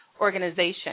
organization